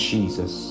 Jesus